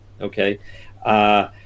okay